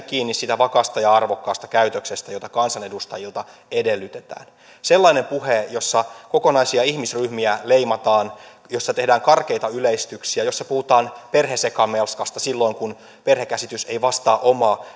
kiinni siitä vakaasta ja arvokkaasta käytöksestä jota kansanedustajilta edellytetään sellainen puhe jossa kokonaisia ihmisryhmiä leimataan jossa tehdään karkeita yleistyksiä jossa puhutaan perhesekamelskasta silloin kun perhekäsitys ei vastaa omaa